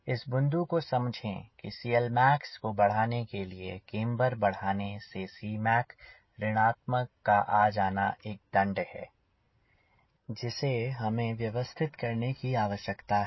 इस बिंदु को समझें कि CLmax को बढ़ाने के लिए केम्बर बढ़ाने से Cmacऋणात्मक का आ जाना एक दंड है जिसे हमें व्यवस्थित करने की आवश्यकता है